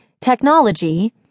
technology